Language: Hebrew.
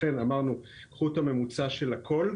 לכן אמרנו קחו את הממוצע של הכול,